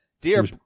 Dear